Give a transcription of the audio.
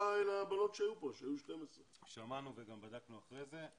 הבנות שהיו פה אמרו שהיו 12. שמענו וגם בדקנו אחרי זה.